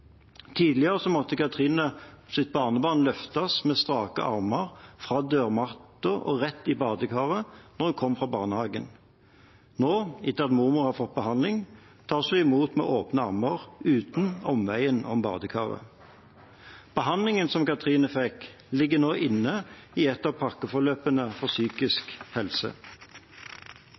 Tidligere måtte Kathrines barnebarn løftes med strake armer fra dørmatten og rett i badekaret når hun kom fra barnehagen. Nå, etter at mormor har fått behandling, tas hun imot med åpne armer – uten omveien om badekaret. Behandlingen som Kathrine fikk, ligger nå inne i et av pakkeforløpene for psykisk helse.